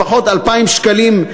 לפחות 2,000 שקלים,